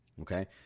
Okay